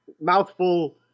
mouthful